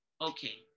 Okay